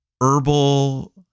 herbal